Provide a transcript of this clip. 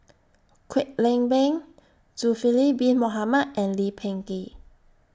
Kwek Leng Beng Zulkifli Bin Mohamed and Lee Peh Gee